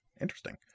interesting